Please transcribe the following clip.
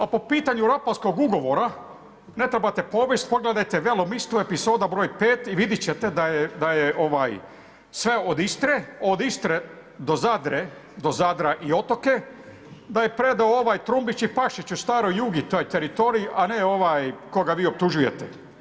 A po pitanju Rapalskog ugovora, ne trebate povijest, pogledajte Velo misto, epizoda broj 5 i vidjet će te da je, sve od Istre, od Istre do Zadra i otoka, da je predao Trumbić i Pašić u staroj Jugi taj teritorij, a ne ovaj koga vi optužujete.